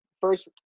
first